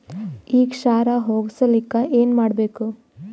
ಈ ಕ್ಷಾರ ಹೋಗಸಲಿಕ್ಕ ಏನ ಮಾಡಬೇಕು?